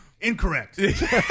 incorrect